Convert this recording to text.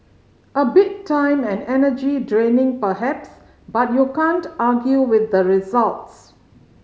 a bit time and energy draining perhaps but you can't argue with the results